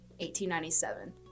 1897